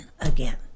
again